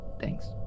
Thanks